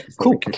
cool